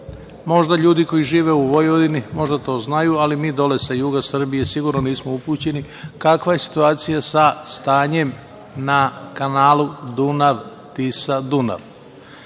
stvar. Možda ljudi koji žive u Vojvodini, možda to znaju, ali mi dole sa juga Srbije sigurno nismo upućeni kakva je situacija sa stanjem na kanalu Dunav-Tisa-Dunav.